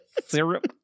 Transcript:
Syrup